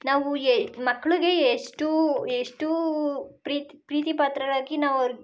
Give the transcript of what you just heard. ನಾವು ಎ ಮಕ್ಳಿಗೆ ಎಷ್ಟು ಎಷ್ಟು ಪ್ರೀತಿ ಪ್ರೀತಿ ಪಾತ್ರರಾಗಿ ನಾವು ಅವ್ರ